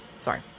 sorry